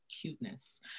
cuteness